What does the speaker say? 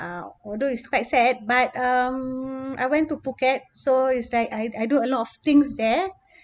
uh although it's quite sad but um I went to phuket so it's like I I do a lot of things there